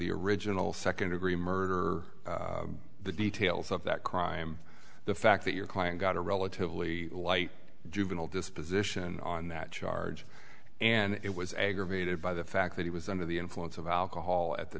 the original second degree murder the details of that crime the fact that your client got a relatively light juvenile disposition on that charge and it was aggravated by the fact that he was under the influence of alcohol at the